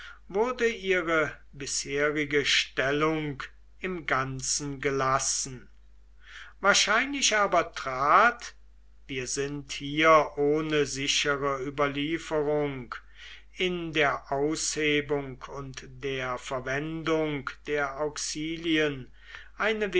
wurde ihre bisherige stellung im ganzen gelassen wahrscheinlich aber trat wir sind hier ohne sichere überlieferung in der aushebung und der verwendung der auxilien eine